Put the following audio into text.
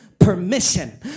permission